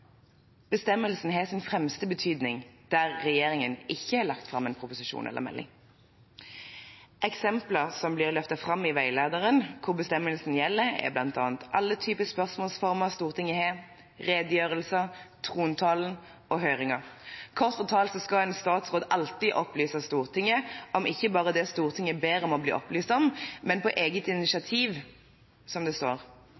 bestemmelsen gjelder, er bl.a. alle typer spørsmålsformer Stortinget har, redegjørelser, trontalen og høringer. Kort fortalt skal en statsråd alltid opplyse Stortinget om ikke bare det Stortinget ber om å bli opplyst om, men på eget initiativ – som det står